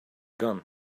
gun